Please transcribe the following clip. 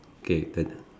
okay n~